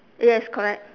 yes correct